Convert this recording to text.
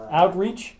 outreach